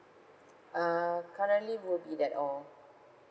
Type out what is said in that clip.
uh currently will be that's all